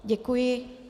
Děkuji.